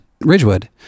Ridgewood